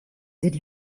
did